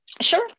Sure